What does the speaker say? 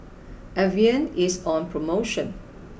Avene is on promotion